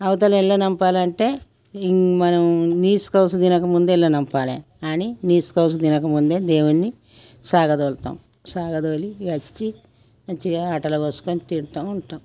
అవతల ఎల్లనంపాలంటే మనం నీసు కవుసు తినకముందే ఎళ్ళనంపాలే కానీ నీసు కవుసు తినక ముందే దేవుడిని సాగదోలుతాం సాగదోలి ఇక వచ్చి మంచిగా యాటలు కోసుకొని తింటా ఉంటాం